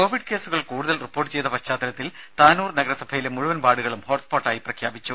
Covid കേസുകൾ കൂടുതൽ report ചെയ്ത പശ്ചാത്തലത്തിൽ താനൂർ നഗരസഭയിലെ മുഴുവൻ വാർഡുകളും ഹോട്ട് സ്പോട്ടായി പ്രഖ്യാപിച്ചു